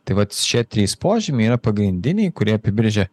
tai vat šie trys požymiai yra pagrindiniai kurie apibrėžia